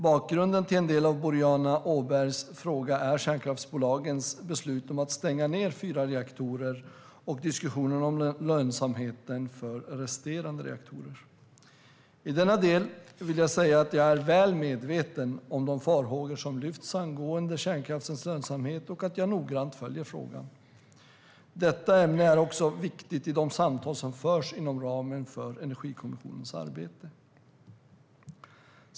Bakgrunden till en del av Boriana Åbergs interpellation är kärnkraftsbolagens beslut om att stänga fyra reaktorer och diskussionen om lönsamheten för resterande reaktorer. I denna del vill jag säga att jag är väl medveten om de farhågor som lyfts angående kärnkraftens lönsamhet och att jag noggrant följer frågan. Detta ämne är också viktigt i de samtal som förs inom ramen för Energikommissionens arbete.